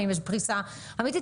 האם יש פריסה אמיתית.